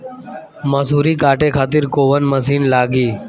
मसूरी काटे खातिर कोवन मसिन लागी?